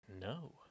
No